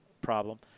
problem